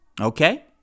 Okay